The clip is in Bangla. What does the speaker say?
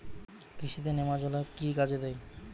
কৃষি তে নেমাজল এফ কি কাজে দেয়?